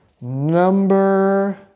number